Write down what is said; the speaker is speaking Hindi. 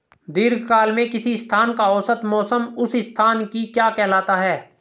दीर्घकाल में किसी स्थान का औसत मौसम उस स्थान की क्या कहलाता है?